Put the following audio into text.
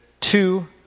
two